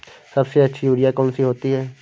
सबसे अच्छी यूरिया कौन सी होती है?